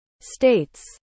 States